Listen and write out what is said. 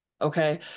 Okay